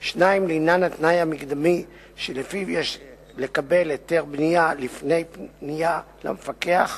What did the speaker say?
2. לעניין התנאי המקדמי שלפיו יש לקבל היתר בנייה לפני פנייה למפקח,